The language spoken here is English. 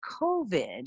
COVID